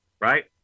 Right